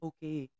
Okay